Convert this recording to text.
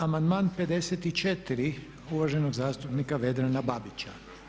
Amandman 54. uvaženog zastupnika Vedrana Babića.